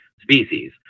species